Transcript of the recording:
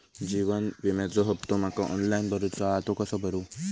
जीवन विम्याचो हफ्तो माका ऑनलाइन भरूचो हा तो कसो भरू?